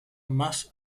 más